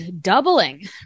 doubling